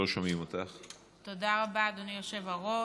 תודה רבה, אדוני היושב-ראש.